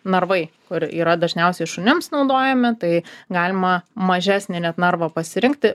narvai kur yra dažniausiai šunims naudojami tai galima mažesnį net narvą pasirinkti